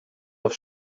auf